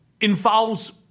involves